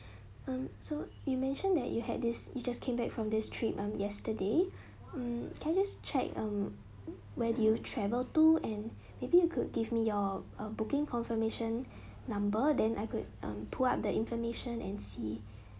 um so you mentioned that you had this you just came back from this trip um yesterday hmm can I just check um where do you travel to and maybe you could give me your uh booking confirmation number then I could um pull up the information and see